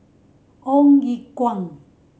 Ong Ye Kung